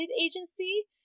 agency